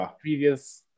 previous